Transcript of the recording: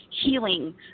healing